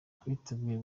twiteguye